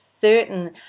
certain